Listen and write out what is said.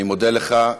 אני מודה לך.